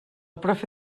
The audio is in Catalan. profe